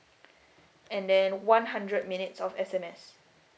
and then one hundred minutes of S_M_S